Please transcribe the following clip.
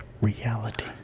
reality